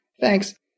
Thanks